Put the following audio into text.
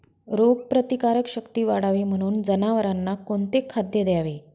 रोगप्रतिकारक शक्ती वाढावी म्हणून जनावरांना कोणते खाद्य द्यावे?